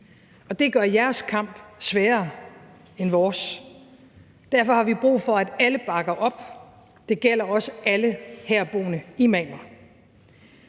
og det gør jeres kamp sværere end vores. Derfor har vi brug for, at alle bakker op; det gælder også alle herboende imamer.